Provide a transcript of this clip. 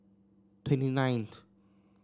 twenty nineth